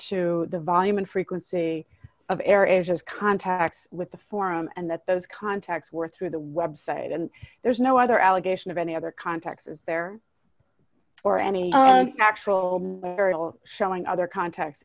to the volume and frequency of air asia's contacts with the forum and that those contacts were through the web site and there's no other allegation of any other contacts is there or any actual aerial shelling other contacts